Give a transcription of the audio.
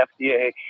FDA